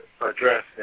address